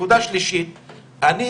הוא